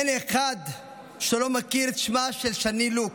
אין אחד שלא מכיר את שמה של שני לוק,